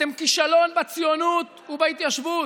אתם כישלון בציונות ובהתיישבות.